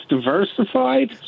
Diversified